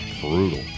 brutal